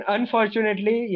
Unfortunately